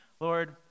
Lord